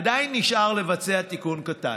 עדיין נשאר לבצע תיקון קטן.